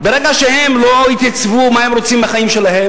ברגע שהם לא התייצבו על מה שהם רוצים מהחיים שלהם,